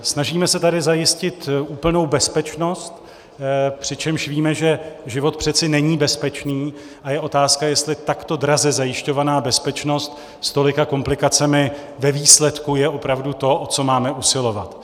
Snažíme se tady zajistit úplnou bezpečnost, přičemž víme, že život přece není bezpečný, a je otázka, jestli takto draze zajišťovaná bezpečnost s tolika komplikacemi ve výsledku je opravdu to, o co máme usilovat.